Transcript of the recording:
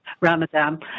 Ramadan